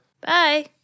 Bye